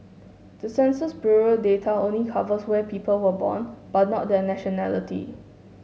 the Census Bureau data only covers where people were born but not their nationality